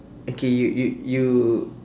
okay you you you